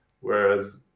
whereas